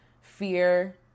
fear